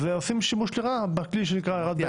אז עושים שימוש לרעה בכלי שנקרא הערת ביניים.